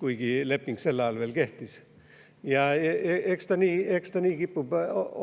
kuigi leping sel ajal veel kehtis. Ja eks ta nii kipub